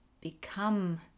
become